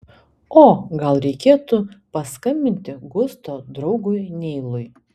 o gal reikėtų paskambinti gusto draugui neilui